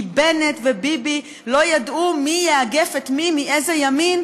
כי בנט וביבי לא ידעו מי יאגף את מי מאיזה ימין,